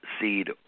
seed